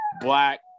black